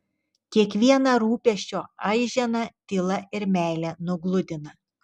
kiekvieną rūpesčio aiženą tyla ir meile nugludina